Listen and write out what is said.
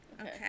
Okay